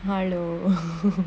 hello